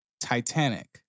Titanic